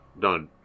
Done